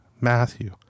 Matthew